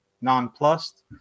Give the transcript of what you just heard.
nonplussed